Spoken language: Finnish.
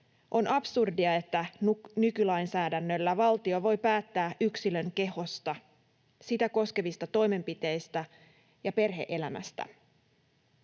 On absurdia, että nykylainsäädännöllä valtio voi päättää yksilön kehosta, sitä koskevista toimenpiteistä ja perhe-elämästä.